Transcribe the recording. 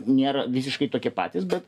nėra visiškai tokie patys bet